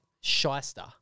shyster